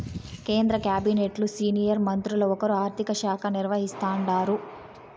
కేంద్ర కాబినెట్లు సీనియర్ మంత్రుల్ల ఒకరు ఆర్థిక శాఖ నిర్వహిస్తాండారు